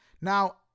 Now